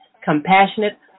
compassionate